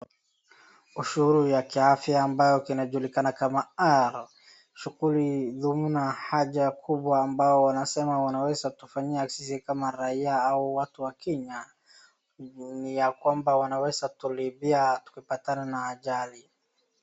Ushuru wa kiafya ambayo kinajulikana kama RR ,shughuli thumna kubwa ambao wanasema wanaweza sisi kama raia au watu wa Kenya. Ya kwamba wanaweza kutulipia tukipatana na ajali.